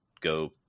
go